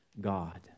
God